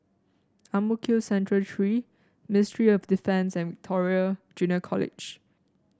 Ang Mo Kio Central Three Ministry of Defence and Victoria Junior College